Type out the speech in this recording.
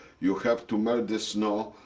you have to melt the snow,